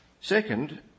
Second